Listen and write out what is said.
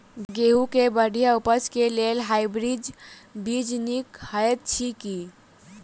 गेंहूँ केँ बढ़िया उपज केँ लेल हाइब्रिड बीज नीक हएत अछि की?